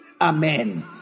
Amen